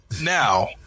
Now